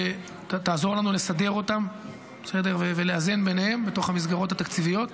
ותעזור לנו לסדר אותם ולאזן ביניהם בתוך המסגרות התקציביות.